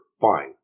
Fine